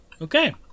Okay